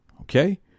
okay